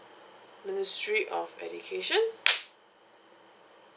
ministry of education